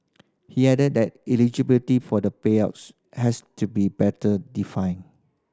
he added that eligibility for the payouts has to be better defined